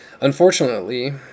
Unfortunately